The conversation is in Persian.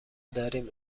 داریم